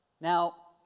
Now